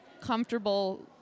comfortable